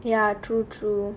ya true true